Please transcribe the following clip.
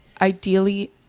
ideally